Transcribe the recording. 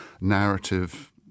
narrative